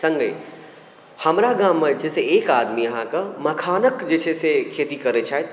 सङ्गहि हमरा गाममे जे छै से एक आदमी अहाँके मखानक जे छै से खेती करै छथि